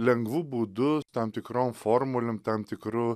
lengvu būdu tam tikrom formulėm tam tikru